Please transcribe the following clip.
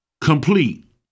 complete